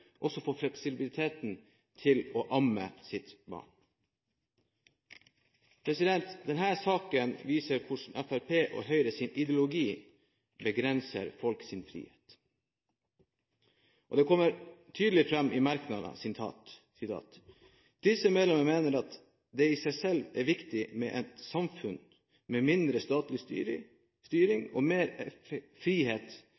til å amme sitt barn. Denne saken viser hvordan Fremskrittspartiets og Høyres ideologi begrenser folks frihet. Det kommer tydelig fram i merknadene: «Disse medlemmer mener at det i seg selv er viktig med et samfunn med mindre statlig styring